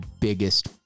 biggest